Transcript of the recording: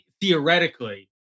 theoretically